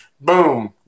boom